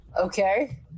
Okay